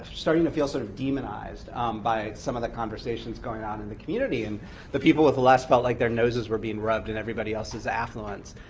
starting to feel sort of demonized by some of the conversations going on in the community. and the people with less felt like their noses were being rubbed in everybody else's affluence.